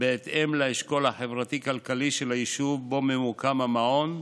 בהתאם לאשכול החברתי-כלכלי של היישוב שבו ממוקם המעון,